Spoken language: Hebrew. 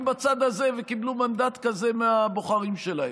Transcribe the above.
בצד הזה וקיבלו מנדט כזה מהבוחרים שלהם.